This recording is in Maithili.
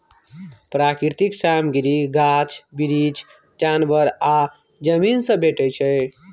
प्राकृतिक सामग्री गाछ बिरीछ, जानबर आ जमीन सँ भेटै छै